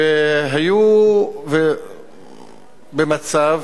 היו במצב